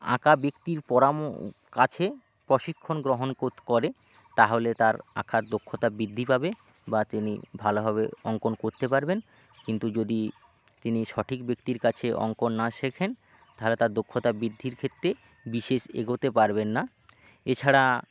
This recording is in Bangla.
আঁকা ব্যক্তির পরাম কাছে প্রশিক্ষণ গ্রহণ করে তাহলে তার আঁকার দক্ষতা বৃদ্ধি পাবে বা তিনি ভালোভাবে অঙ্কন করতে পারবেন কিন্তু যদি তিনি সঠিক ব্যক্তির কাছে অঙ্কন না শেখেন থালে তার দক্ষতা বৃদ্ধির ক্ষেত্রে বিশেষ এগোতে পারবেন না এছাড়া